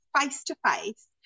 face-to-face